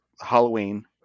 Halloween